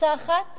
קפיצה אחת